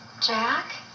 Jack